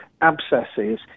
abscesses